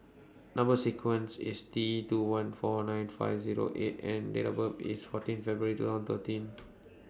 Number sequence IS T two one four nine five Zero eight and Date of birth IS fourteen February two thousand thirteen